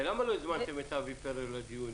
ולמה לא הזמנתם את אבי פרל לדיונים?